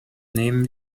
nehmen